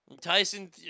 Tyson